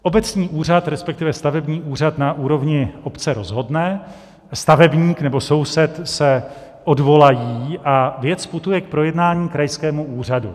Obecní úřad, respektive stavební úřad na úrovni obce, rozhodne, stavebník nebo soused se odvolají a věc putuje k projednání krajskému úřadu.